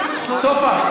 סופה,